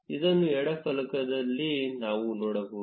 ಅದನ್ನು ಎಡ ಫಲಕದಲ್ಲಿ ನಾವು ನೋಡಬಹುದು